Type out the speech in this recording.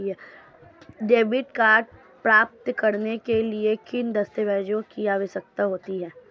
Debit card प्राप्त करने के लिए किन दस्तावेज़ों की आवश्यकता होती है?